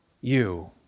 you